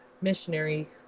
missionary